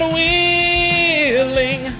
willing